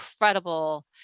incredible